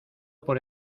por